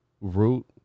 root